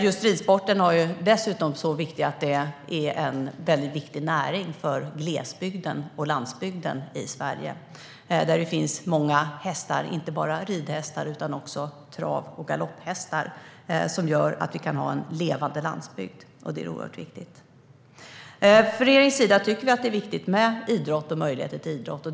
Just ridsporten är dessutom mycket viktig eftersom den är en viktig näring för glesbygden och landsbygden i Sverige, där det finns många hästar. Det handlar inte bara om ridhästar utan också om trav och galopphästar som gör att vi kan ha en levande landsbygd, vilket är oerhört viktigt. Från regeringens sida tycker vi att det är viktigt med idrott och möjligheter till idrott.